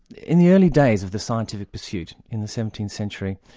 in the early days of the scientific pursuit in the seventeenth century,